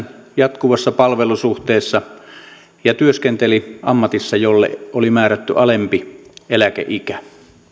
jatkuvassa palvelussuhteessa ja työskenteli ammatissa jolle oli määrätty alempi eläkeikä